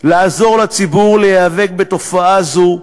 לעזור לציבור להיאבק בתופעה זו.